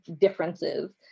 differences